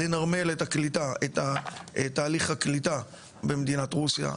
לנרמל את הקליטה, את תהליך הקליטה במדינת רוסיה.